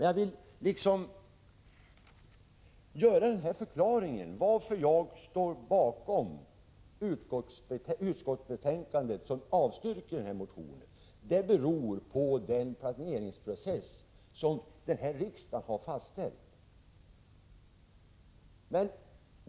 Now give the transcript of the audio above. Jag vill ge den här förklaringen till att jag står bakom utskottsbetänkandet, som avstyrker den här motionen. Det beror på den planeringsprocess som riksdagen har fastställt.